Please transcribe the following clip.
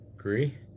agree